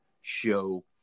show